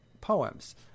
poems